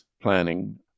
planning